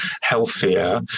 healthier